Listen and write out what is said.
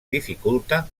dificulta